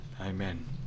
Amen